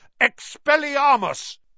Expelliarmus